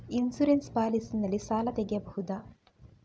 Insurance policy ನಲ್ಲಿ ಸಾಲ ತೆಗೆಯಬಹುದ?